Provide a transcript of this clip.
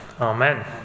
amen